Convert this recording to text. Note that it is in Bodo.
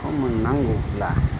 बेखौ मोननांगौब्ला